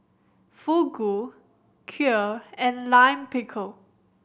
Fugu Kheer and Lime Pickle